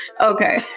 Okay